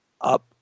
up